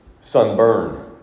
sunburn